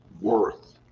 worth